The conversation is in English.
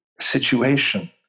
situation